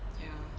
ya